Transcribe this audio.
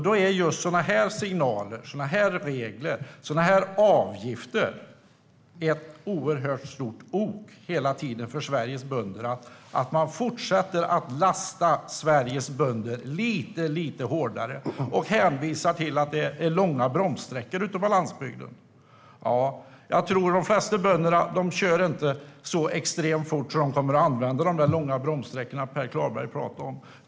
Då är just sådana här signaler, regler och avgifter ett oerhört stort ok för Sveriges bönder. Man fortsätter att lasta Sveriges bönder lite hårdare och hänvisar till att det är långa bromssträckor ute på landsbygden. Men jag tror att de flesta bönder inte kör så extremt fort så att de kommer att använda de långa bromssträckor som Per Klarberg pratar om.